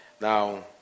Now